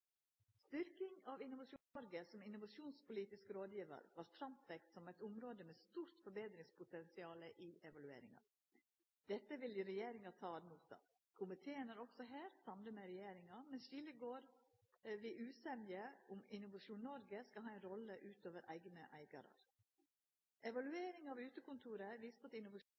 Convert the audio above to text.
styrking av Innovasjon Norge som innovasjonspolitisk rådgjevar vart i evalueringa trekt fram som eit område med stort forbetringspotensial. Dette ville regjeringa ta ad notam. Komiteen er også her samd med regjeringa, men skiljet går ved om Innovasjon Norge skal ha ei rolle utover eigne eigarar. Evalueringa av utekontora viste